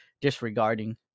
disregarding